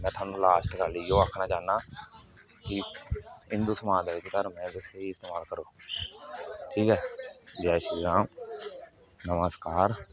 ते में थुआनू लास्ट गल्ल इयो आखना चाह्न्नां कि हिंदू समाज दे बिच्च धर्म दा स्हेई इस्तामल करो ठीक ऐ जै श्रीराम नमस्कार